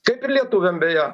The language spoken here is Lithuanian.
kaip ir lietuviam beje